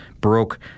broke